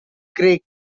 creek